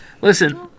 Listen